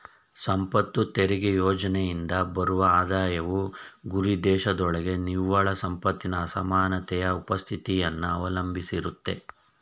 ಸಂಪತ್ತು ತೆರಿಗೆ ಯೋಜ್ನೆಯಿಂದ ಬರುವ ಆದಾಯವು ಗುರಿದೇಶದೊಳಗೆ ನಿವ್ವಳ ಸಂಪತ್ತಿನ ಅಸಮಾನತೆಯ ಉಪಸ್ಥಿತಿಯನ್ನ ಅವಲಂಬಿಸಿರುತ್ತೆ